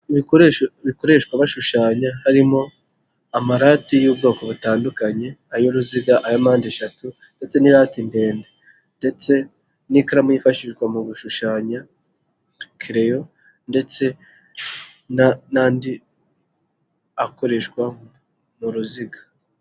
Ibikoresho bikoreshwa bashushanya harimo amarate y'ubwoko butandukanye, ay'uruziga ay'ampandeshatu ndetse n'irate ndende. Ndetse n'ikaramu yifashishwa mu gushushanya kereyo ndetse n'andi akoreshwa mu ruziga.